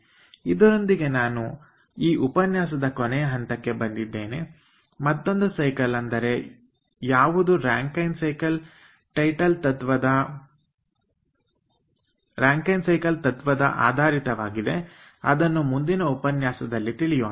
ಇದರೊಂದಿಗೆ ನಾನು ಈ ಉಪನ್ಯಾಸದ ಕೊನೆಯ ಹಂತಕ್ಕೆ ಬಂದಿದ್ದೇನೆ ಮತ್ತೊಂದು ಸೈಕಲ್ ಅಂದರೆ ಯಾವುದು ರಾಂಕೖೆನ್ ಸೈಕಲ್ ತತ್ವದ ಆಧಾರಿತವಾಗಿದೆ ಅದನ್ನು ಮುಂದಿನ ಉಪನ್ಯಾಸದಲ್ಲಿ ತಿಳಿಯೋಣ